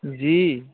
जी